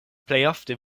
plejofte